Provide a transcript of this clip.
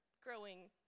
growing